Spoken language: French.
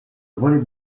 volley